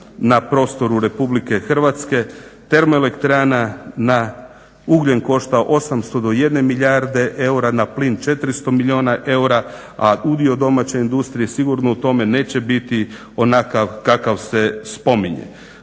na prostoru RH termoelektrana na ugljen košta 800 do jedne milijarde eura, na plin 400 milijuna eura, a udio domaće industrije sigurno neće biti onakav kakav se spominje.